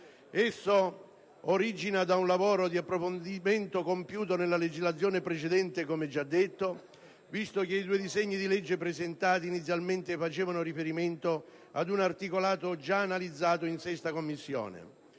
Esso origina da un lavoro di approfondimento compiuto nella precedente legislatura, come è già stato detto, visto che i due disegni di legge presentati inizialmente facevano riferimento ad un articolato già analizzato in 6ª Commissione.